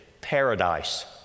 paradise